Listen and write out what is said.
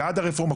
בעד הרפורמה,